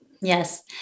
Yes